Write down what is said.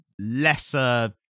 lesser